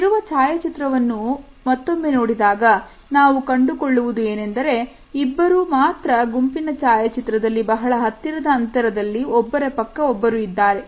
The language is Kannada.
ಇಲ್ಲಿರುವ ಛಾಯಾಚಿತ್ರವನ್ನು ಮತ್ತೊಮ್ಮೆ ನೋಡಿದಾಗ ನಾವು ಕಂಡುಕೊಳ್ಳುವುದು ಏನೆಂದರೆ ಇಬ್ಬರೂ ಮಾತ್ರ ಗುಂಪಿನ ಛಾಯಾಚಿತ್ರದಲ್ಲಿ ಬಹಳ ಹತ್ತಿರದ ಅಂತರದಲ್ಲಿ ಒಬ್ಬರ ಪಕ್ಕ ಒಬ್ಬರು ಇದ್ದಾರೆ